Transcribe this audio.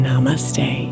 Namaste